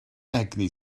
egni